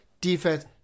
defense